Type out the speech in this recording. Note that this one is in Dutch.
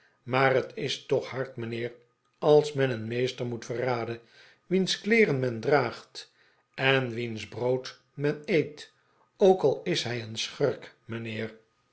maar het is toch hard mijnheer als men een meester moet verraden wiens kleeren men draagt en wiens brood men eet ook al is hij een schurk mijnheer